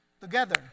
Together